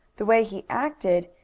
the way he acted,